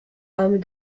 homme